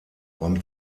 beim